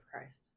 Christ